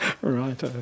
right